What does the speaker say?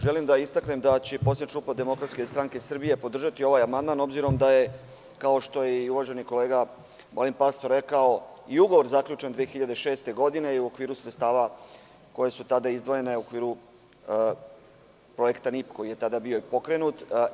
Želim da istaknem da će poslanička grupa DSS podržati ovaj amandman, obzirom da je, kao što je i uvaženi kolega Balint Pastor rekao, i ugovor zaključen 2006. godine i u okviru sredstava koja su tada izdvojena i u okviru projekta NIP koji je tada bio i pokrenut.